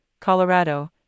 colorado